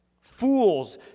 Fools